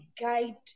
guide